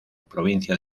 provincia